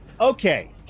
Okay